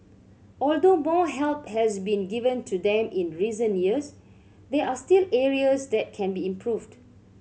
although more help has been given to them in recent years there are still areas that can be improved